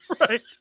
Right